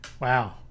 Wow